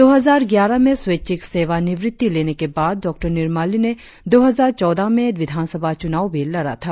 दो हजार ग्यारह में स्वैच्छिक सेवानिवृत्ति लेने के बाद डॉ निरमली ने दो हजार चौदह में विधानसभा चुनाव भी लड़ा था